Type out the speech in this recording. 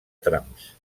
trams